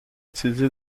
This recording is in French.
utilisé